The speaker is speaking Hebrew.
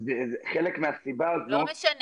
אז חלק מהסיבה הזו היא --- לא משנה,